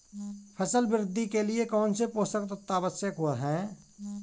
फसल वृद्धि के लिए कौनसे पोषक तत्व आवश्यक हैं?